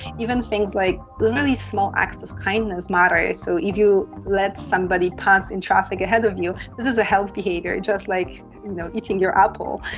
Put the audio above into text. even if things like really small acts of kindness matters. so if you let somebody pass in traffic ahead of you, this is healt behaviour, just like eating your apple.